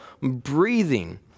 breathing